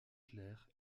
claires